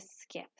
skip